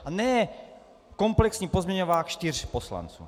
A ne komplexní pozměňovák čtyř poslanců.